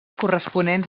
corresponents